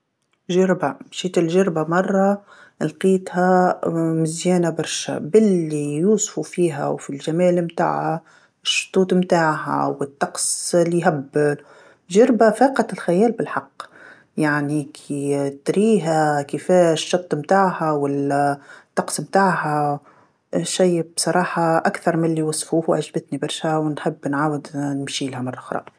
جربه، مشيت لجربه مره لقيتها مزيانه برشا، باللي يوصف فيها وفي الجمال متاعها، الشطوط متاعها والطقس اللي يهبل، جربه فقط الخيال بالحق، يعني كي تريها كيفاه الشط متاعها وال- الطقس متاعها، شي بصراحه أكثر من اللي يوصفوه وعجبتني برشا ونحب نعاود نمشيلها مره خرى.